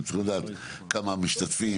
אתם צריכים לדעת כמה משתתפים,